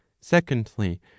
secondly